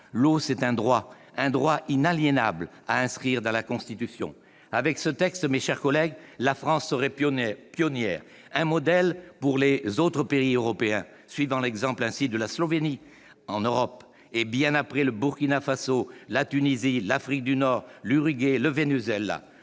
L'eau, c'est un droit, un droit inaliénable à inscrire dans la Constitution. Avec ce texte, la France serait pionnière, un modèle pour les autres pays, suivant l'exemple de la Slovénie en Europe, et bien après le Burkina Faso, la Tunisie, l'Afrique du Sud, l'Uruguay, le Venezuela